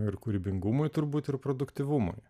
ir kūrybingumui turbūt ir produktyvumui